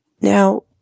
Now